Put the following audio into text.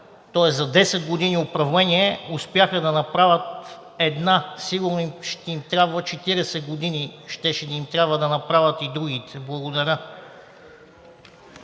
тоест за 10 години управление успяха да направят една. Сигурно ще им трябват 40 години, за да направят и другите. Благодаря.